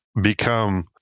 become